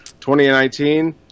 2019